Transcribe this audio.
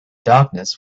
darkness